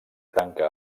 tanca